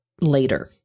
later